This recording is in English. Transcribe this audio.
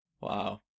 Wow